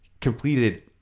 completed